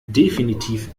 definitiv